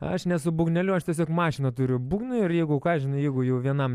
aš ne su būgneliu aš tiesiog mašina turi būgnų ir jeigu ką žinai jeigu jau vienam